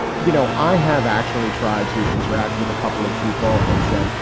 you know, i have actually tried to interact with a couple of people and said,